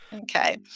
Okay